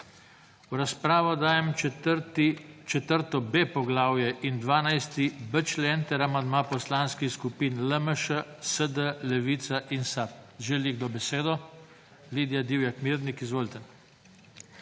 V razpravo dajem 4.b poglavje in 12.b člen ter amandma poslanskih skupin LMŠ, SD, Levica in SAB. Želi kdo besedo? Lidija Divjak Mirnik, izvolite.